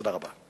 תודה רבה.